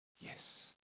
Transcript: yes